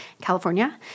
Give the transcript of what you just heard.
California